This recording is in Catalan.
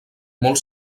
molt